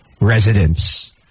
residents